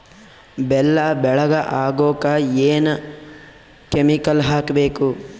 ಬೆಲ್ಲ ಬೆಳಗ ಆಗೋಕ ಏನ್ ಕೆಮಿಕಲ್ ಹಾಕ್ಬೇಕು?